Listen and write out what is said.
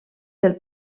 del